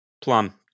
Plum